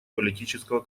политического